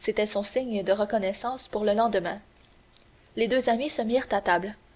c'était son signe de reconnaissance pour le lendemain les deux amis se mirent à table